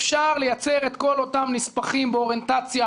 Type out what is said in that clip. אפשר לייצר את כל אותם נספחים באוריינטציה